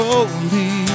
Holy